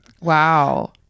Wow